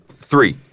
three